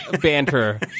banter